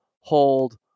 hold